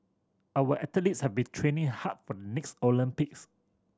our athletes have been training hard for the next Olympics